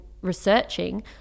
researching